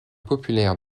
populaire